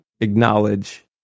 acknowledge